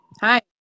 Hi